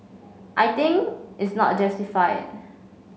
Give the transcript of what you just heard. I think is not justified